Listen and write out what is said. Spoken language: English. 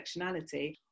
intersectionality